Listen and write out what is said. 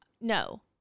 No